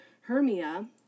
Hermia